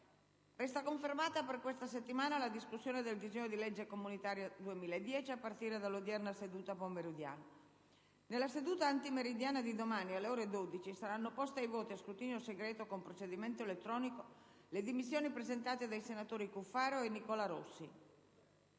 Resta confermata per questa settimana la discussione del disegno di legge comunitaria 2010, a partire dall'odierna seduta pomeridiana. Nella seduta antimeridiana di domani, alle ore 12, saranno poste ai voti, a scrutinio segreto con procedimento elettronico, le dimissioni presentate dai senatori Cuffaro e Nicola Rossi.